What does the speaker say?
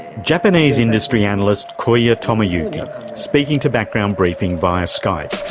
japanese industry analyst, koya tomoyuki yeah speaking to background briefing via skype.